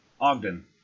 Ogden